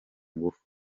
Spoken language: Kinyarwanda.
ngufu